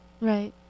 Right